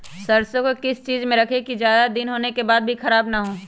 सरसो को किस चीज में रखे की ज्यादा दिन होने के बाद भी ख़राब ना हो?